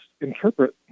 interpret